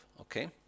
Okay